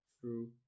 True